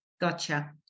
Gotcha